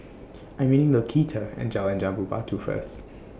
I'm meeting Laquita At Jalan Jambu Batu First